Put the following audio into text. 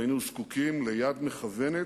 היינו זקוקים ליד מכוונת.